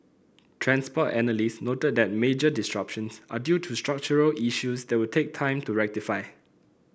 transport analyst noted that major disruptions are due to structural issues that will take time to rectify